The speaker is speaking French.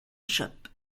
chope